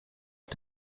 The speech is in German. auf